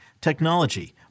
technology